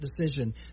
decision